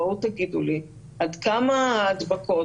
בואו תגידו לי עד כמה ההדבקות